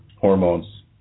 hormones